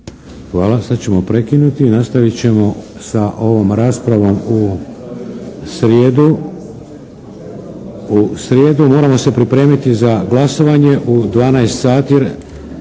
Hvala. Sad ćemo prekinuti. Nastavit ćemo sa ovom raspravom u srijedu. Moramo se pripremiti za glasovanje u 12 sati,